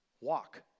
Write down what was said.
Walk